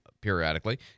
periodically